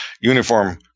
uniform